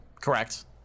correct